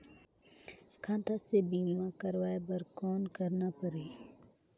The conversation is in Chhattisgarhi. खाता से बीमा करवाय बर कौन करना परही?